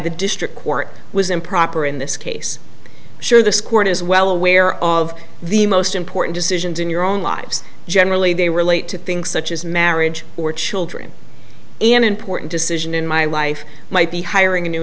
the district court was improper in this case sure this court is well aware of the most important decisions in your own lives generally they relate to things such as marriage or children an important decision in my life might be hiring a new